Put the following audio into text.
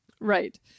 Right